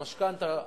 המשכנתה,